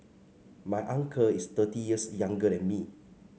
my uncle is thirty years younger than me